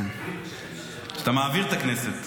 שאתה מעביר את הכנסת.